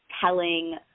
telling